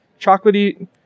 chocolatey